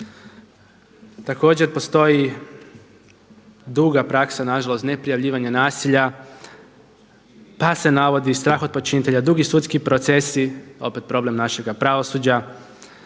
Također postoji duga praksa nažalost neprijavljivanja nasilja pa se navodi strah od počinitelja, dugi sudski procesi, opet problem našega pravosuđa,